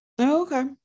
Okay